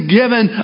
given